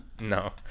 No